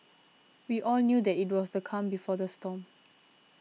we all knew that it was the calm before the storm